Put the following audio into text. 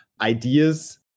ideas